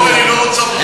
אבל למרות זאת,